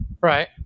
Right